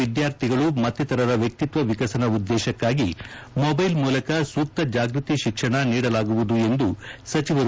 ವಿದ್ಕಾರ್ಥಿಗಳು ಮತ್ತಿತರರ ವ್ಯಕ್ಷಿಕ್ವ ವಿಕಸನ ಉದ್ದೇಶಕ್ಕಾಗಿ ಮೊಬೈಲ್ ಮೂಲಕ ಸೂಕ್ತ ಜಾಗೃತಿ ಶಿಕ್ಷಣ ನೀಡಲಾಗುವುದು ಎಂದರು